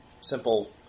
simple